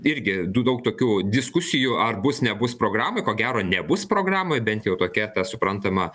irgi du daug tokių diskusijų ar bus nebus programoj ko gero nebus programoj bent jau tokia ta suprantama